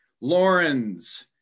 Lawrence